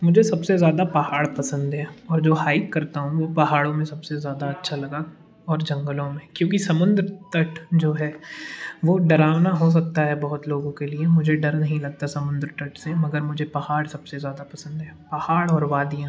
मुझे सब से ज़ादा पहाड़ पसंद हैं और जो हाइक करता हूँ वो पहाड़ों में सब से ज़्यादा अच्छा लगा और जंगलों में क्योंकि समुंद्र तट जो है वो डरावना हो सकता है बहुत लोगों के लिए मुझे डर नहीं लगता समुंद्र तट से मगर मुझे पहाड़ सब से ज़्यादा पसंद है पहाड़ और वादियाँ